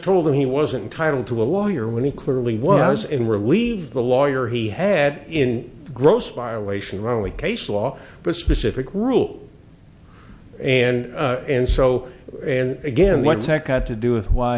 told him he wasn't entitle to a lawyer when he clearly was in relieve the lawyer he had in gross violation rowley case law but specific rule and and so and again what's that got to do with why